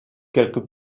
quelques